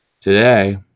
Today